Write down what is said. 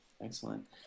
excellent